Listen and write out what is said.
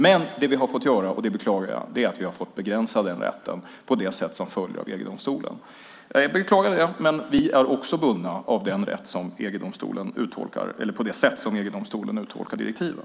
Men det vi har fått göra, vilket jag beklagar, är att begränsa den rätten på det sätt som följer av EG-domen. Jag beklagar det, men vi är också bundna på det sätt som EG-domstolen uttolkar direktiven.